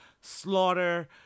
slaughter